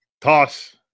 toss